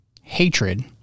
hatred